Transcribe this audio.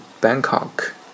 Bangkok